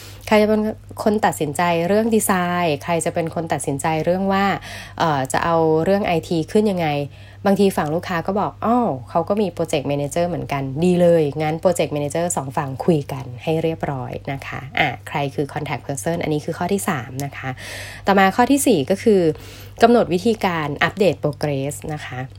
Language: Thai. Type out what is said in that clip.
ใครจะเป็นคนตัดสินใจเรื่องดีไซน์ ใครจะเป็นคนตัดสินใจเรื่องว่า เอ่อ จะเอาเรื่อง IT ขึ้นยังไง? บางทีฝั่งลูกค้าก็บอก อ้าว เขาก็มี project manager เหมือนกัน ดีเลย งั้น project manager สองฝั่งคุยกันให้เรียบร้อยนะคะ อ่ะ ใครคือ contact person อันนี้คือข้อที่สามนะคะ ต่อมาข้อที่สี่ก็คือกำหนดวิธีการอัปเดต progress นะคะ